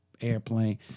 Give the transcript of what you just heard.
airplane